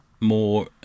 more